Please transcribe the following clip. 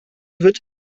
wird